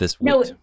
No